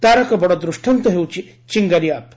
ତା'ର ଏକ ବଡ଼ ଦୃଷ୍ଟାନ୍ତ ହେଉଛି 'ଚିଙ୍ଗାରି' ଆପ୍